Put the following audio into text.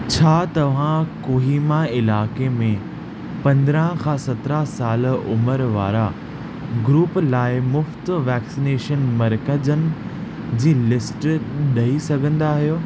छा तव्हां कोहिमा इलाइक़े में पंद्राहं खां सत्रहं साल उमिरि वारा ग्रूप लाइ मुफ़्ति वैक्सनेशन मर्कज़नि जी लिस्ट ॾेई सघंदा आहियो